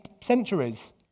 centuries